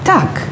Tak